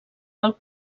pel